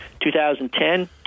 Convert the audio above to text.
2010